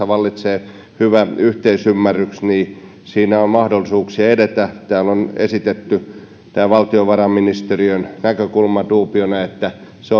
vallitsee hyvä yhteisymmärrys niin siinä on mahdollisuuksia edetä täällä on esitetty tämän valtiovarainministeriön näkökulman duubiona että se